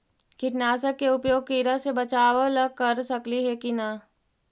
कीटनाशक के उपयोग किड़ा से बचाव ल कर सकली हे की न?